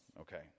okay